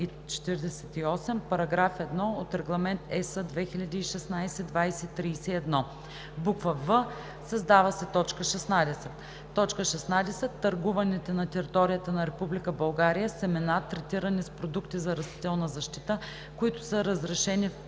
параграф 1 от Регламент (EС) 2016/2031.”; в) създава се т. 16: „16. търгуваните на територията на Република България семена, третирани с продукти за растителна защита, които са разрешени в